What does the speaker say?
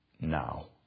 now